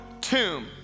tomb